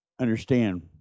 understand